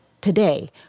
Today